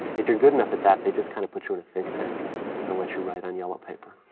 if you're good enough at that, they just kind of put you in a think tank and let you write on yellow paper.